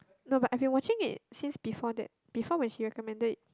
no but I've been watching it since before that before when she recommended it